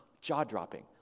jaw-dropping